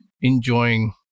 enjoying